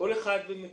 כל אחד במקומו.